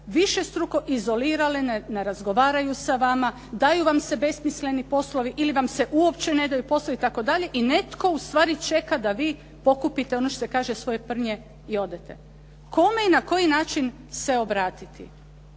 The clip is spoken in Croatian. višestruko izolirale, ne razgovaraju sa vama, daju vam se besmisleni poslovi ili vam se uopće ne daju poslovi itd. I netko ustvari čeka da vi pokupite, ono što se kaže, svoje prnje i odete. Kome i na koji način se obratiti?